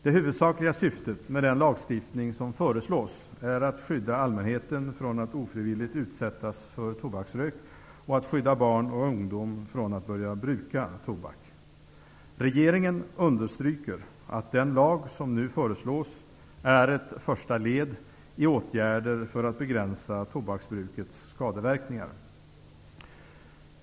Det huvudsakliga syftet med den lagstiftning som föreslås är att skydda allmänheten från att ofrivilligt utsättas för tobaksrök och att skydda barn och ungdom från att börja bruka tobak. Regeringen understryker att den lag som nu föreslås är ett första led i åtgärder för att begränsa tobaksbrukets skadeverkningar.